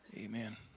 Amen